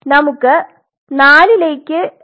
നമുക്ക് 4 ലേക്ക് പറ്റിനിൽക്കാം